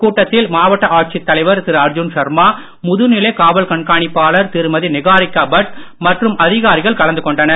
கூட்டத்தில் மாவட்ட ஆட்சித் தலைவர் திரு அர்ஜுன் சர்மா முதுநிலை காவல் கண்காணிப்பாளர் திருமதி நிகாரிகா பட் மற்றும் அதிகாரிகள் கலந்து கொண்டனர்